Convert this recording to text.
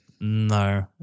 No